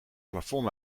plafond